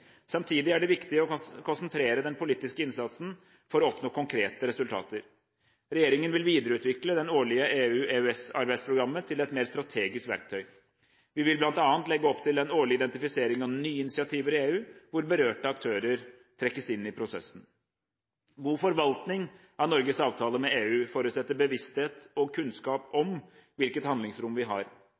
Samtidig er det viktig å konsentrere den politiske innsatsen for å oppnå konkrete resultater. Regjeringen vil videreutvikle det årlige EU /EØS-arbeidsprogrammet til et mer strategisk verktøy. Vi vil bl.a. legge opp til en årlig identifisering av nye initiativer i EU, hvor berørte aktører trekkes inn i prosessen. God forvaltning av Norges avtaler med EU forutsetter bevissthet og kunnskap om hvilket handlingsrom vi har.